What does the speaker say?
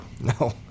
No